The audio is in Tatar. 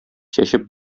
чәчеп